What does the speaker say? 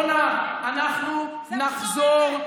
אורנה, אנחנו נחזור.